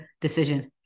decision